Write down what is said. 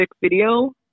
video